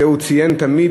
את זה הוא ציין תמיד,